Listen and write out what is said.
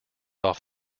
off